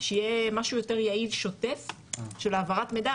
שיהיה משהו יעיל ושוטף של העברת מידע,